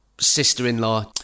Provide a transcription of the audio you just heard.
Sister-in-law